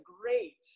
great